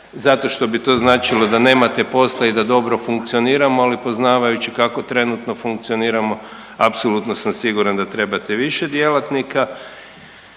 zato što bi to značilo da nemate posla i da dobro funkcioniramo, ali poznavajući kako trenutno funkcioniramo apsolutno sam siguran da trebate više djelatnika